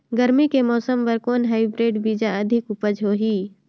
गरमी के मौसम बर कौन हाईब्रिड बीजा अधिक उपज होही?